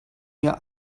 mir